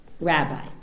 rabbi